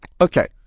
Okay